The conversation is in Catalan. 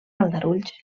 aldarulls